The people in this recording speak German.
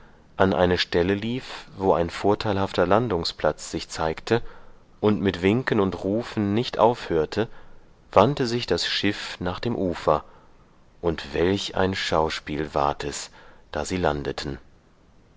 an eine stelle lief wo ein vorteilhafter landungsplatz sich zeigte und mit winken und rufen nicht aufhörte wandte sich das schiff nach dem ufer und welch ein schauspiel ward es da sie landeten